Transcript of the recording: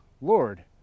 Lord